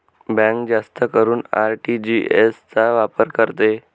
bank जास्त करून RTGS चा वापर करते